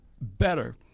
better